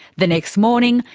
the next morning,